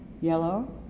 yellow